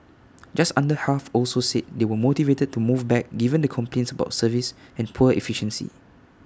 just under half also said they were motivated to move back given the complaints about service and poor efficiency